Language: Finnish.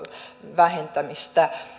vähentämistä